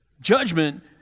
Judgment